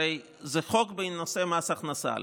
הרי זה חוק בנושא מס הכנסה,